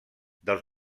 dels